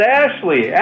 ashley